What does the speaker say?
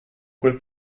quel